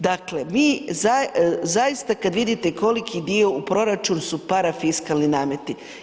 Dakle, mi zaista kada vidite koliki dio u proračunu su parafiskalni nameti.